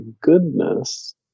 goodness